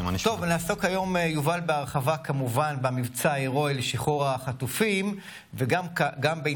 התשפ"ד, 13 בפברואר 2024, בשעה 16:00. ישיבה זו